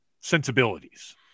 sensibilities